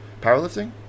powerlifting